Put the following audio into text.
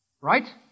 Right